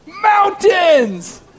mountains